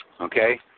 Okay